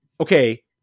okay